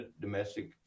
domestic